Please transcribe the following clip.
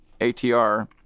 ATR